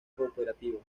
cooperativo